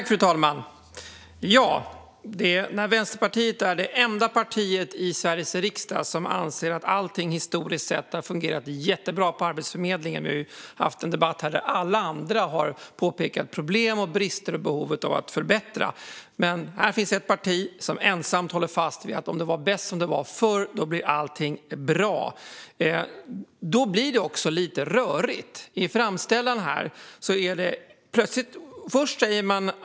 Fru talman! Vänsterpartiet är det enda partiet i Sveriges riksdag som anser att allting på Arbetsförmedlingen historiskt sett har fungerat jättebra. Vi har nu en debatt där alla andra påtalar problem, brister och behovet av att förbättra. Men här finns ett parti som ensamt håller fast vid att det var bäst förr och att om vi skulle gå tillbaka till det skulle allting bli bra. Då blir det lite rörigt.